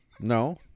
No